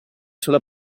sulla